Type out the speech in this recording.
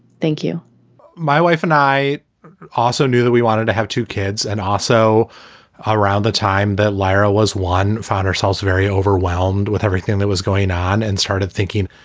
thank you my wife and i also knew that we wanted to have two kids and also around the time that lyra was one, found ourselves very overwhelmed with everything that was going on. and started thinking,